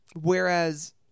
whereas